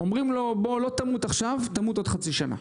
אומרים לו, לא תמות עכשיו, תמות עוד חצי שנה.